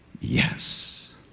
yes